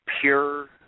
pure